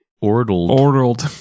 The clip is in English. ordered